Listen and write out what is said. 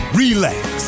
relax